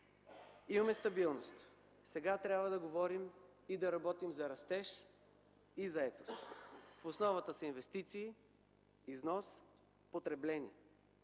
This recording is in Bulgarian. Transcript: Имаме стабилност. Сега трябва да говорим и да работим за растеж и заетост. В основата са инвестиции, износ, потребление.